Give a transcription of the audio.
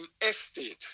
Estate